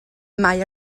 mai